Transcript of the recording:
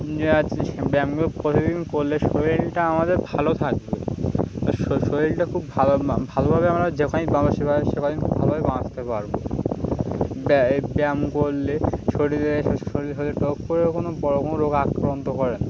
যে আজ ব্যায়ামগুলো প্রতিদিন করলে শরীরটা আমাদের ভালো থাকবে শরীরটা খুব ভালো ভালোভাবে আমরা যে কদিন বাঁচবো সে কদিন খুব ভালোভাবে বাঁচতে পারবো ব্যায়াম করলে শরীরে শরীর সব টক করে কোনো বড় কোনো রোগ আক্রান্ত করে না